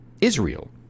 israel